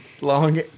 long